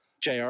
JR